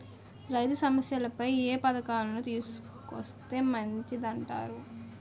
రైతు సమస్యలపై ఏ పథకాలను తీసుకొస్తే మంచిదంటారు?